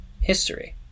History